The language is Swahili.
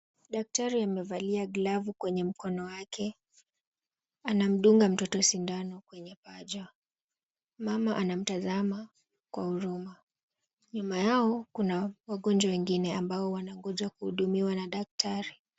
Daktari amevalia glavu kwenye mkono wake anamdunga mtoto sindano kwenye paja. Mama anamtazama kwa huruma, nyuma yao kuna wagonjwa wengine ambao wanangoja kuhudumiwa na daktari.